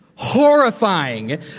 horrifying